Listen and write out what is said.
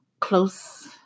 close